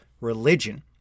religion